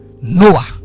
Noah